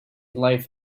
life